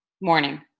Morning